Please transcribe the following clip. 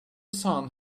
sun